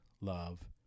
love